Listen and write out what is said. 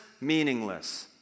meaningless